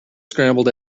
scrambled